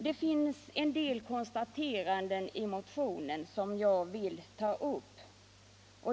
Det finns en del konstateranden i motionen som jag vill ta upp.